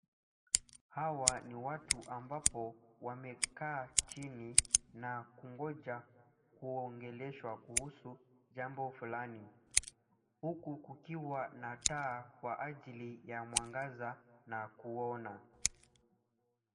Hawa ni watu ambapo wamekaa chini na kungoja kuogeleshwa kuhusu jambo fulani. Huku kukiwa na taa kwa ajili ya mwangaza na kuona.